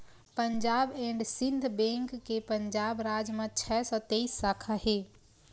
Punjab and Sind bank के पंजाब राज म छै सौ तेइस साखा हे